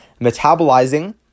metabolizing